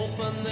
Open